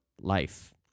life